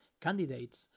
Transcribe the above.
candidates